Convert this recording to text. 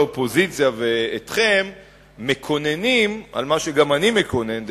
האופוזיציה ואתכם מקוננים על מה שגם אני מקונן,